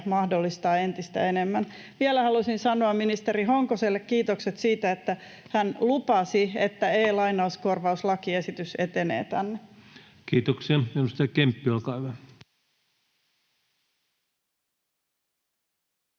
mahdollistaa entistä enemmän. Vielä halusin sanoa ministeri Honkoselle kiitokset siitä, että hän lupasi, että e-lainauskorvauslakiesitys etenee tänne. [Speech 300] Speaker: